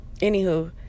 anywho